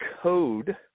code